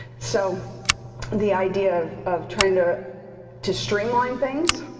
so the idea of of trying to to streamline things,